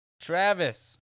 Travis